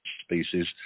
species